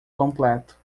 completo